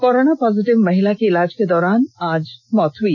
corona positive महिला की इलाज के दौरान आज मौत हो गई